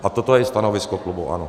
A toto je i stanovisko klubu ANO.